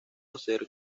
hacer